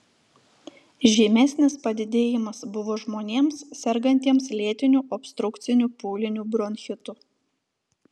žymesnis padidėjimas buvo žmonėms sergantiems lėtiniu obstrukciniu pūliniu bronchitu